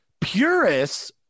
Purists